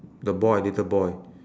the boy little boy